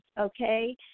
okay